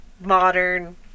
modern